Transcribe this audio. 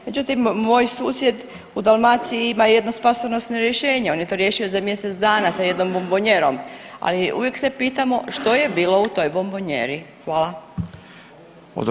Međutim moj susjed u Dalmaciji ima jedno spasonosno rješenje, on je to riješio za mjesec dana sa jednom bombonijerom, ali uvijek se pitamo što je bilo u toj bombonijeri, hvala.